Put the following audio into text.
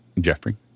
Jeffrey